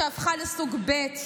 שהפכה לסוג ב'.